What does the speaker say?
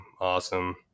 awesome